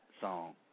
song